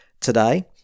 Today